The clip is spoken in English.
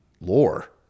lore